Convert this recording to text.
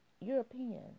Europeans